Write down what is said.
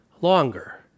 longer